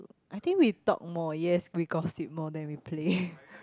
I think we talk more yes we gossip more than we play